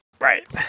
Right